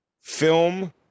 film